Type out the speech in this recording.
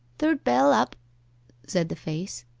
third bell up said the face,